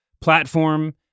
platform